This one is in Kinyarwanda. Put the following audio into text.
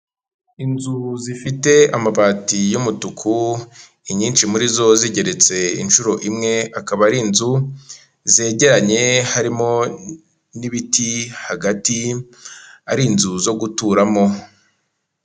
Inzu zifite amabati y'umutuku, inyinshi muri zo zigeretse inshuro imwe, akaba ari inzu zegeranye harimo n'ibiti, hagati ari inzu zo guturamo.